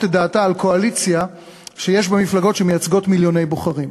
את דעתה על קואליציה שיש בה מפלגות שמייצגות מיליוני בוחרים.